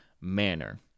manner